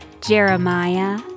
Jeremiah